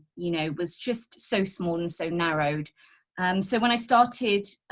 you know was just so small and so narrowed so when i started